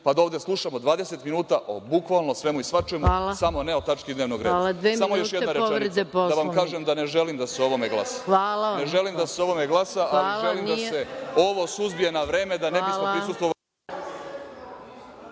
da ovde slušamo 20 minuta o bukvalno svemu i svačemu, samo ne o tački dnevnog reda. Samo još jedna rečenica. Da vam kažem da ne želim da se o ovome glasa, ali želim da se ovo suzbije na vreme da ne bismo prisustvovali